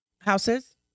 houses